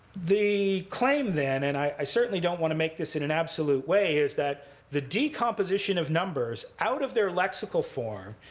the claim, then and i certainly don't want to make this in an absolute way is that the decomposition of numbers out of their lexical form,